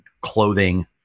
clothing